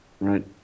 Right